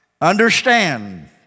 understand